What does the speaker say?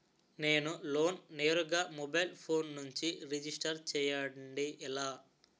నేను లోన్ నేరుగా mobile phone నుంచి రిజిస్టర్ చేయండి ఎలా?